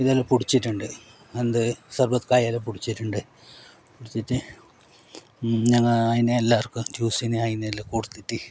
ഇതെല്ലാം പൊടിച്ചിട്ടുണ്ട് എന്ത് സർബത്ത് കായെല്ലാം പൊടിച്ചിട്ടുണ്ട് പൊടിച്ചിട്ട് ഞങ്ങൾ അതിനെ എല്ലാവർക്കും ജ്യൂസിനു അതിനെല്ലാം കൊടുത്തിട്ട്